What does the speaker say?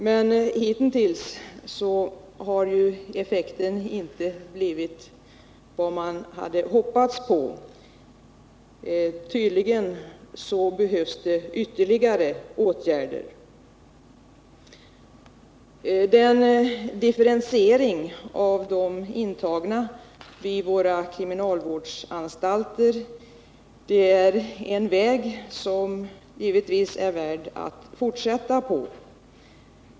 Men hittills har effekten inte blivit vad man hade hoppats. Tydligen behövs det ytterligare åtgärder. Differentieringen av de intagna vid våra kriminalvårdsanstalter är en väg som är värd att fortsätta på.